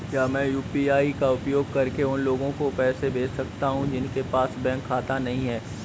क्या मैं यू.पी.आई का उपयोग करके उन लोगों को पैसे भेज सकता हूँ जिनके पास बैंक खाता नहीं है?